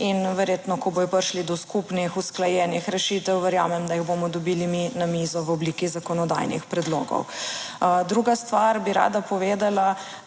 in verjetno, ko bodo prišli do skupnih usklajenih rešitev, verjamem, da jih bomo dobili mi na mizo v obliki zakonodajnih predlogov. Druga stvar bi rada povedala,